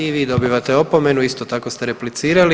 I vi dobivate opomenu isto tako ste replicirali.